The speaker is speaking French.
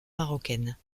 marocaine